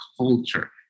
culture